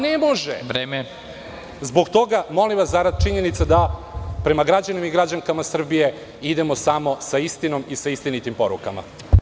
Ne može. (Predsednik: Vreme.) Zbog toga vas molim da, zarad činjenice, prema građanima i građankama Srbije idemo samo sa istinom i sa istinitim porukama.